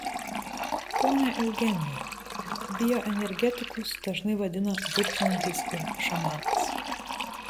pone eugenijau bioenergetikus dažnai vadina burtininkais ir šamanais